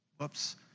Whoops